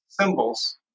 symbols